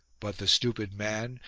but the stupid man,